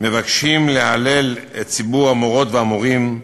מבקשים להלל את ציבור המורות והמורים,